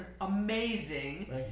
amazing